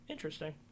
interesting